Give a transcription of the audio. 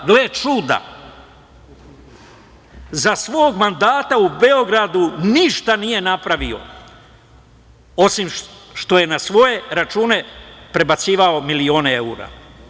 Gle čuda, za svog mandata u Beogradu ništa nije napravio, osim što je na svoje račune prebacivao milione evra.